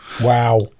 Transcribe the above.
wow